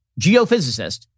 geophysicist